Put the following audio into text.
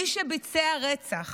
מי שביצע רצח